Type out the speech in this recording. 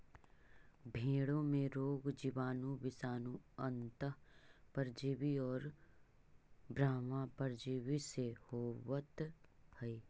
भेंड़ों में रोग जीवाणु, विषाणु, अन्तः परजीवी और बाह्य परजीवी से होवत हई